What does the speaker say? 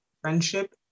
friendship